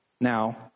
Now